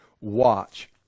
watch